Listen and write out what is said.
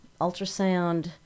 ultrasound